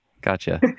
Gotcha